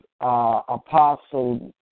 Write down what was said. Apostle